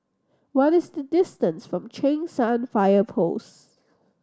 what is the distance from Cheng San Fire Post